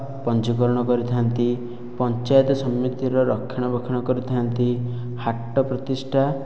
ପଞ୍ଜିକରଣ କରିଥାନ୍ତି ପଞ୍ଚାୟତ ସମିତିର ରକ୍ଷଣାବେକ୍ଷଣ କରିଥାନ୍ତି ହାଟ ପ୍ରତିଷ୍ଠା